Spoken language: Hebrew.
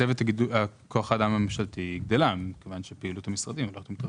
מצבת כוח האדם הממשלתית גדלה מכיוון שפעילות המשרדים הולכת ומתרחבת.